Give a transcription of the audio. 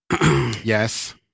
Yes